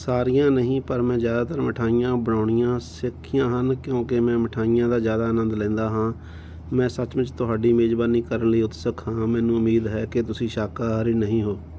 ਸਾਰੀਆਂ ਨਹੀਂ ਪਰ ਮੈਂ ਜ਼ਿਆਦਾਤਰ ਮਿਠਾਈਆਂ ਬਣਾਉਣੀਆਂ ਸਿੱਖੀਆਂ ਹਨ ਕਿਉਂਕਿ ਮੈਂ ਮਿਠਾਈਆਂ ਦਾ ਜ਼ਿਆਦਾ ਆਨੰਦ ਲੈਂਦਾ ਹਾਂ ਮੈਂ ਸੱਚਮੁੱਚ ਤੁਹਾਡੀ ਮੇਜ਼ਬਾਨੀ ਕਰਨ ਲਈ ਉਤਸਕ ਹਾਂ ਮੈਨੂੰ ਉਮੀਦ ਹੈ ਕਿ ਤੁਸੀਂ ਸ਼ਾਕਾਹਾਰੀ ਨਹੀਂ ਹੋ